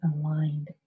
aligned